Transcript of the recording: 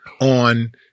on